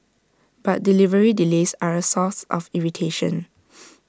but delivery delays are A source of irritation